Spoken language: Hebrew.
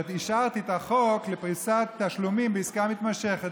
והשארתי את החוק לפריסת תשלומים בעסקה מתמשכת.